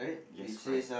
yes correct